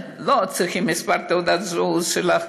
לא צריך את מספר תעודת הזהות שלך,